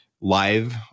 live